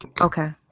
Okay